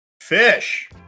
fish